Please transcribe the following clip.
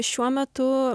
šiuo metu